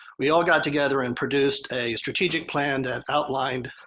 we all got together and produced a strategic plan that outlined